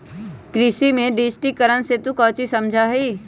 कृषि में डिजिटिकरण से तू काउची समझा हीं?